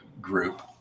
group